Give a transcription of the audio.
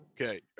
Okay